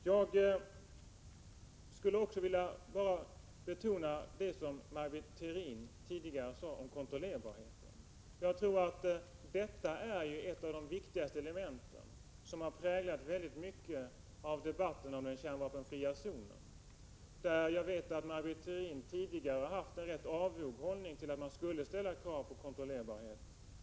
Jag skulle också vilja betona det som Maj Britt Theorin tidigare sade om kontrollerbarheten, som är ett av de viktigaste elementen i detta sammanhang och som har präglat mycket av debatten om den kärnvapenfria zonen. Jag vet att Maj Britt Theorin tidigare har intagit en ganska avog hållning till att krav på kontrollerbarhet skulle ställas.